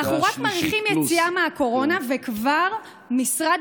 אנחנו רק מריחים יציאה מהקורונה וכבר משרד